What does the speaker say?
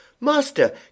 Master